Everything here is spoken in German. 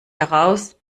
heraus